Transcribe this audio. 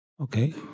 okay